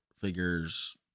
figures